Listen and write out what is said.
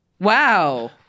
wow